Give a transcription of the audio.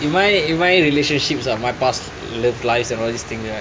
in my in my relationships ah my past love life and all these things right